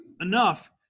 enough